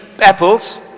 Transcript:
apples